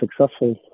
successful